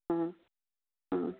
ਹਾਂ ਹਾਂ